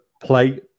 play